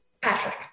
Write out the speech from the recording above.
Patrick